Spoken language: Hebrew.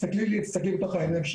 תסתכלי לי בתוך העיניים,